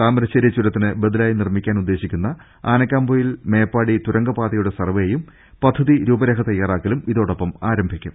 താമരശ്ശേരി ചുരത്തിന് ബദലായി നിർമിക്കാൻ ഉദ്ദേശിക്കുന്ന ആനക്കാംപൊയിൽ മേപ്പാടി തുരങ്കപാതയുടെ സർവെയും പദ്ധതി രൂപരേഖ്യതയ്യാറാക്കലും ഇതോടൊപ്പം ആരംഭിക്കും